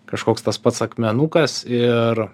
kažkoks tas pats akmenukas ir